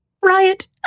Riot